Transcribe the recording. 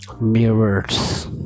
Mirrors